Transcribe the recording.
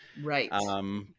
Right